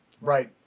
Right